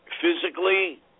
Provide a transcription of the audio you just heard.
physically